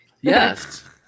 yes